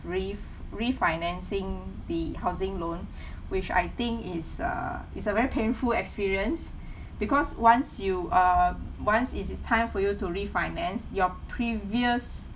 ref~ refinancing the housing loan which I think it's uh it's a very painful experience because once you uh once it is time for you to refinance your previous